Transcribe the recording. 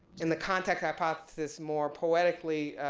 in the context hypothesis more poetically